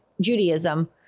Judaism